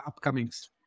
upcomings